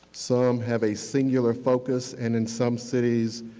some have a singular focus, and in some cities,